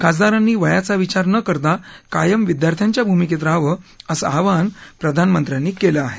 खासदारांनी वयाचा विचार न करता कायम विद्यार्थ्यांच्या भूमिकेत रहावं असं आवाहन प्रधानमंत्र्यांनी केलं आहे